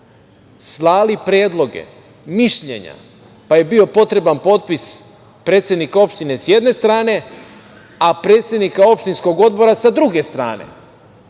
slali predloge, mišljenja, pa je bio potreban potpis predsednika opštine sa jedne strane, a predsednika opštinskog odbora sa druge strane